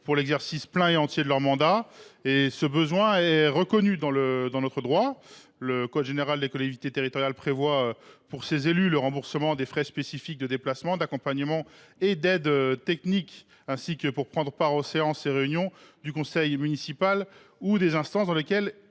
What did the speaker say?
un exercice plein et entier de leur mandat. Ce besoin est reconnu dans notre droit. Le code général des collectivités territoriales prévoit ainsi le remboursement des frais spécifiques de déplacement, d’accompagnement et d’aide technique, ainsi que les frais nécessaires pour prendre part aux séances et réunions du conseil municipal ou des instances dans lesquelles